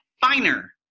finer